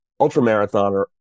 ultramarathoner